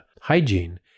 hygiene